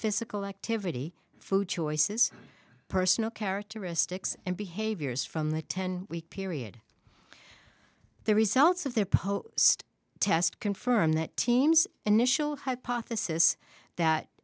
physical activity food choices personal characteristics and behaviors from the ten week period the results of their post test confirm that team's initial hypothesis that